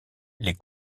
les